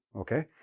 okay?